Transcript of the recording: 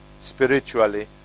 spiritually